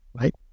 right